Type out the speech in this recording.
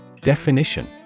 Definition